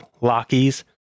Lockies